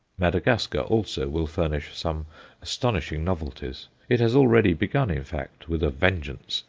madagascar also will furnish some astonishing novelties it has already begun, in fact with a vengeance.